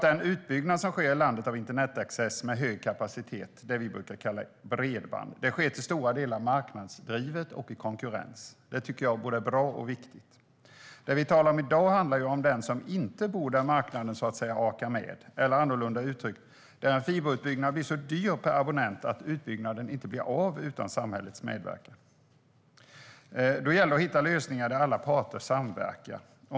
Den utbyggnad som sker i landet av internetaccess med hög kapacitet, det vi brukar kalla bredband, sker till stora delar marknadsdrivet och i konkurrens. Det är både bra och viktigt. Det vi talar om i dag handlar om den som bor där marknaden så att säga inte orkar med, eller annorlunda uttryckt där en fiberutbyggnad blir så dyr per abonnent att utbyggnaden inte blir av utan samhällets medverkan. Då gäller det att hitta lösningar där alla parter samverkar.